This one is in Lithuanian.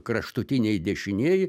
kraštutiniai dešinieji